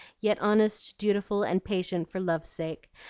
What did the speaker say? yet honest, dutiful and patient for love's sake,